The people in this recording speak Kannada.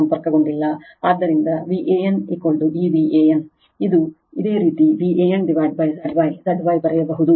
ಆದ್ದರಿಂದ VAN ಈ V an ಇದು ಇದೇ ರೀತಿ Van Z Y Z Y ಬರೆಯಬಹುದು